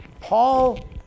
Paul